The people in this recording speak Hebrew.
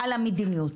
על המדיניות.